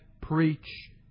preach